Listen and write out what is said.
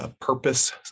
purpose